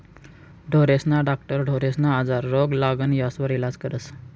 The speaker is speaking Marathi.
ढोरेस्ना डाक्टर ढोरेस्ना आजार, रोग, लागण यास्वर इलाज करस